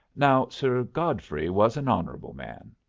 now sir godfrey was an honourable man.